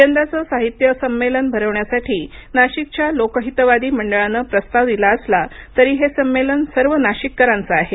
यंदाचे साहित्य साहित्य संमेलन भरविण्यासाठी नाशिकच्या लोकहितवादी मंडळानं प्रस्ताव दिला असला तरी हे संमेलन सर्व नाशिककरांचं आहे